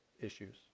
issues